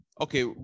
Okay